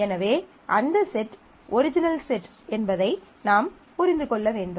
எனவே அந்த set → original set என்பதை நாம் புரிந்து கொள்ள வேண்டும்